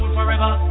forever